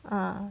ah